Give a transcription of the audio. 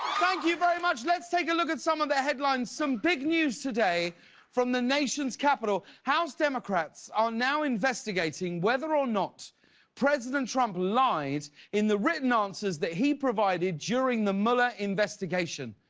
thank you very much, let's take a look at some of the headlines. some big news today from the nation's capitol. house democrats are now investigating whether or not president trump lied in the written answers that he provided during the mueller investigation.